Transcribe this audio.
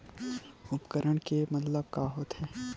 उपकरण के मतलब का होथे?